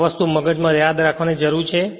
આ વસ્તુ મગજ માં યાદ રાખવાની જરૂર છે